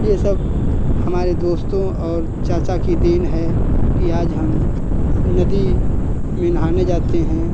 ये सब हमारे दोस्तों और चाचा की देन है कि आज हम नदी में नहाने जाते हैं